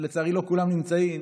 שלצערי לא כולם נמצאים: